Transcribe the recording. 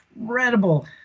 incredible